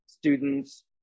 students